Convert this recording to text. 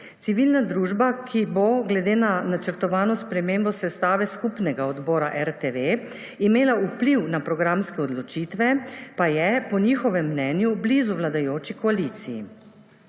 Civilna družba, ki bo glede na načrtovano spremembo sestave skupnega odbora RTV imela vpliv na programske odločitve, pa je po njihovem mnenju blizu vladajoči koaliciji.